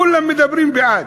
כולם מדברים בעד.